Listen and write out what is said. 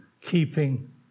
keeping